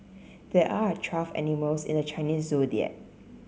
there are twelve animals in the Chinese Zodiac